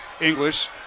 English